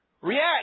react